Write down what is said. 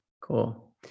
cool